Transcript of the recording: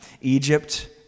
Egypt